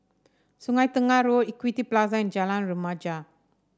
Sungei Tengah Road Equity Plaza and Jalan Remaja